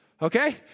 Okay